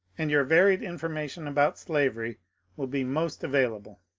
and your varied information about slavery will be most avail able.